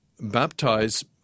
baptize